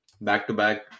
back-to-back